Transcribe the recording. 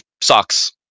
sucks